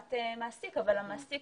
הסכמת מעסיק, אבל המעסיק